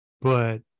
but-